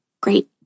great